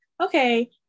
okay